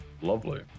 Lovely